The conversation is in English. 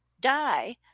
die